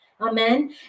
Amen